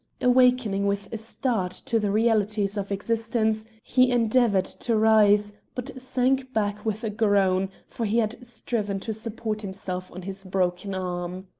awakening with a start to the realities of existence, he endeavoured to rise, but sank back with a groan, for he had striven to support himself on his broken arm.